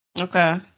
Okay